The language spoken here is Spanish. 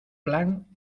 plan